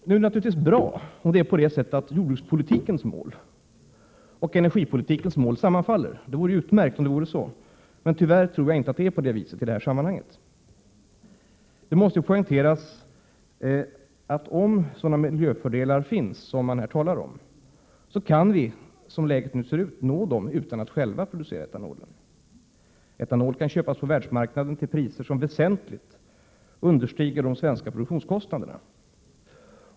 Det är naturligtvis bra om jordbrukspolitikens mål och energipolitikens mål sammanfaller. Det vore utmärkt. Men tyvärr tror jag inte att det är på det sättet i detta sammanhang. Det måste poängteras att om sådana miljöfördelar finns som man här talar om, kan vi som läget nu ser ut nå dem utan att själva producera etanolen. Etanol kan köpas på världsmarknaden till priser som väsentligt understiger de svenska produktionskostnaderna.